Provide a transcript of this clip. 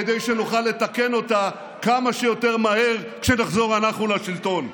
כדי שנוכל לתקן אותה כמה שיותר מהר כשנחזור אנחנו לשלטון.